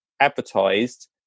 advertised